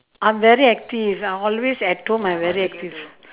I am very active I always at home I'm very active